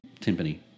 Timpani